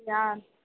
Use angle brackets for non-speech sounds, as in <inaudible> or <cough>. <unintelligible>